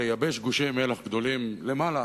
לייבש גושי מלח גדולים למעלה,